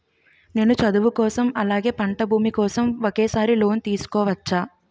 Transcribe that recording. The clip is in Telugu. నేను చదువు కోసం అలాగే పంట భూమి కోసం ఒకేసారి లోన్ తీసుకోవచ్చా?